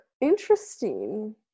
Interesting